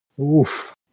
Oof